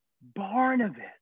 Barnabas